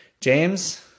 James